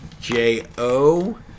J-O